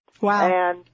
Wow